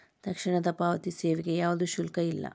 ತಕ್ಷಣದ ಪಾವತಿ ಸೇವೆಗೆ ಯಾವ್ದು ಶುಲ್ಕ ಇಲ್ಲ